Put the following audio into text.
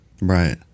Right